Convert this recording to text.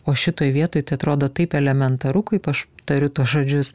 o šitoj vietoj tai atrodo taip elementaru kaip aš tariu tuos žodžius